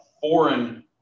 foreign